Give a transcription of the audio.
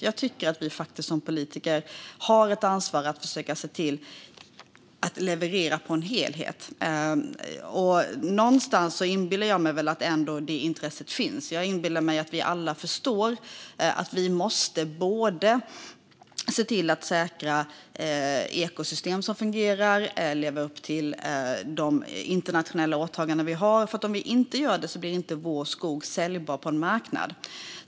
Jag tycker att vi som politiker har ett ansvar att försöka se till att leverera en helhet. Någonstans inbillar jag mig väl att det intresset ändå finns. Jag inbillar mig att vi alla förstår att vi måste både se till att säkra fungerande ekosystem och leva upp till de internationella åtaganden vi har, för om vi inte gör det blir vår skog inte säljbar på en marknad.